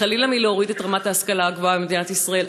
חלילה לנו מלהוריד את רמת ההשכלה הגבוהה במדינת ישראל,